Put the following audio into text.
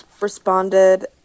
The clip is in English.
responded